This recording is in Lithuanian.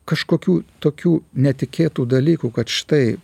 kažkokių tokių netikėtų dalykų kad štai